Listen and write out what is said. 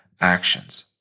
actions